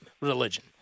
Religion